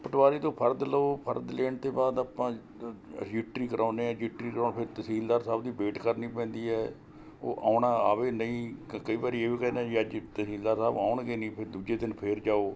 ਪਟਵਾਰੀ ਤੋਂ ਫਰਦ ਲਓ ਫਰਦ ਲੈਣ ਤੋਂ ਬਾਅਦ ਆਪਾਂ ਰ ਰਜਿਸਟਰੀ ਕਰਾਉਂਦੇ ਹਾਂ ਰਜਿਸਟਰੀ ਕਰਾਉ ਫਿਰ ਤਹਿਸੀਲਦਾਰ ਸਾਹਿਬ ਦੀ ਵੇਟ ਕਰਨੀ ਪੈਂਦੀ ਹੈ ਉਹ ਆਉਣਾ ਆਵੇ ਨਹੀਂ ਕ ਕਈ ਵਾਰੀ ਇਹ ਵੀ ਕਹਿੰਦੇ ਜੀ ਅੱਜ ਤਹਿਸੀਲਦਾਰ ਸਾਹਿਬ ਆਉਣਗੇ ਨਹੀਂ ਫਿਰ ਦੂਜੇ ਦਿਨ ਫਿਰ ਜਾਉ